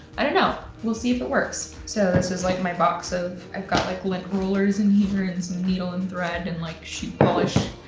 i don't know. we'll see if it works. so this is like my box of, i've got like lint rollers in here and some needle and thread, and like shoe polish,